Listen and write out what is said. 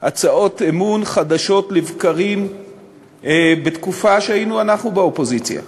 הצעות אי-אמון חדשות לבקרים בתקופה שהיינו אנחנו באופוזיציה.